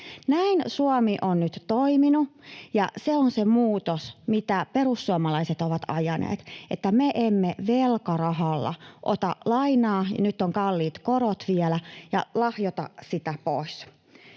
Näin Suomi on nyt toiminut, ja se on se muutos, mitä perussuomalaiset ovat ajaneet, että me emme velkarahalla ota lainaa, kun nyt on kalliit korot vielä, ja lahjoita sitä pois.